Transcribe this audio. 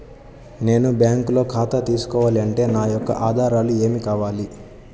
నేను బ్యాంకులో ఖాతా తీసుకోవాలి అంటే నా యొక్క ఆధారాలు ఏమి కావాలి?